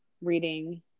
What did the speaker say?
reading